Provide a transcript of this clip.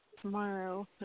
tomorrow